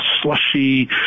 slushy